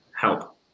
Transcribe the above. help